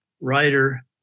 writer